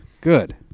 good